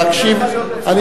להקשיב, קשה לך להיות יושב-ראש?